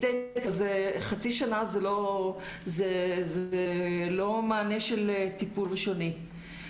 חצי שנה זה לא מענה של טיפול ראשוני.